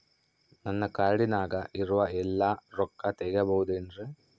ನನ್ನ ಕಾರ್ಡಿನಾಗ ಇರುವ ಎಲ್ಲಾ ರೊಕ್ಕ ತೆಗೆಯಬಹುದು ಏನ್ರಿ?